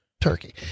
turkey